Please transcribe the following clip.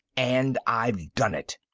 and i've done it.